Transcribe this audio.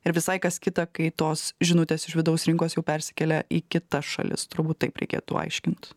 ir visai kas kita kai tos žinutės iš vidaus rinkos jau persikelia į kitas šalis turbūt taip reikėtų aiškint